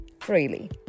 freely